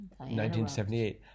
1978